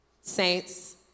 saints